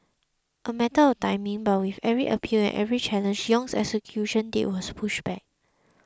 a matter of timing but with every appeal and every challenge Yong's execution date was pushed back